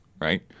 Right